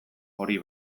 hori